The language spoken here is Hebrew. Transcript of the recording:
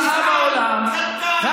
-- רעה בעולם -- קטן, עלוב.